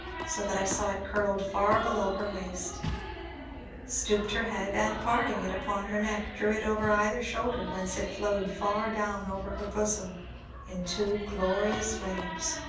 so that i saw it curled far below her waist stooped her head, and, parting it upon her neck, drew it over either shoulder, whence it flowed far down over her bosom in two glorious waves,